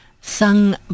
sung